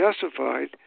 testified